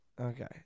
Okay